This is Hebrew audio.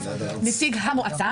אז נציג המועצה